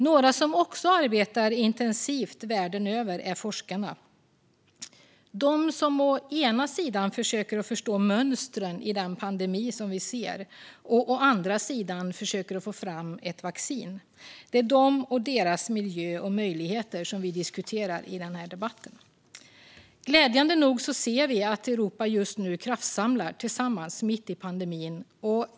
Några som också arbetar intensivt världen över är forskarna, de som å ena sidan försöker förstå mönstren i den pandemi vi ser och å andra sidan försöker få fram ett vaccin. Det är dem och deras miljö och möjligheter vi diskuterar i den här debatten. Glädjande nog ser vi att Europa just nu kraftsamlar tillsammans mitt i pandemin.